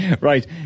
Right